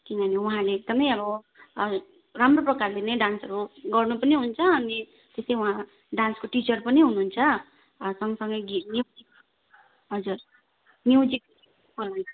किनभने वहाँले एकदमै अब राम्रो प्रकारले नै डान्सहरू गर्नु पनि हुन्छ अनि त्यसै वहाँ डान्सको टिचर पनि हुनुहुन्छ सँगसँगै हजुर म्युजिक हजुर